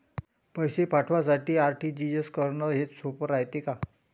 पैसे पाठवासाठी आर.टी.जी.एस करन हेच सोप रायते का?